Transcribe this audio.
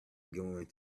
going